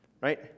right